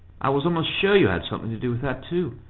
i was almost sure you had something to do with that too.